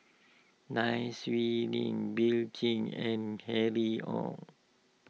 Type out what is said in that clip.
Nai Swee Leng Bill king and Harry Ord